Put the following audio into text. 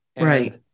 Right